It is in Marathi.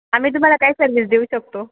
आम्ही तुम्हाला काय सर्विस देऊ शकतो